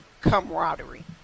camaraderie